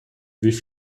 wie